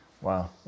Wow